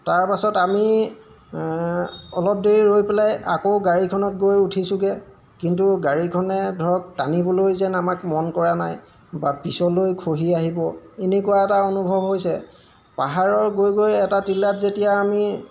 তাৰপাছত আমি অলপ দেৰি ৰৈ পেলাই আকৌ গাড়ীখনত গৈ উঠিছোঁগৈ কিন্তু গাড়ীখনে ধৰক টানিবলৈ যেন আমাক মন কৰা নাই বা পিছলৈ খহি আহিব এনেকুৱা এটা অনুভৱ হৈছে পাহাৰৰ গৈ গৈ এটা তিলাত যেতিয়া আমি